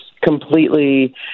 completely